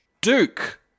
Duke